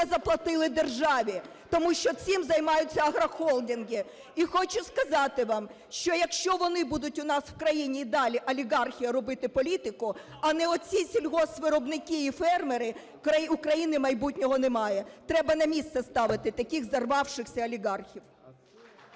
заплатили державі, тому що цим займаються агрохолдинги. І хочу сказати вам, що якщо вони будуть у нас в країні і далі олігархи робити політику, а не оці сільгоспвиробники і фермери, у країни майбутнього немає. Треба на місце ставити таких зарвавшихся олігархів.